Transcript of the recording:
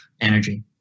energy